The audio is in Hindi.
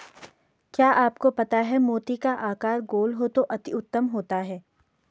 क्या आपको पता है मोती का आकार गोल हो तो अति उत्तम होता है